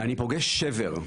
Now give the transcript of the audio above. אני פוגש שבר.